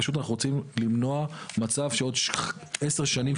אנחנו רוצים למנוע מצב שעוד עשר שנים,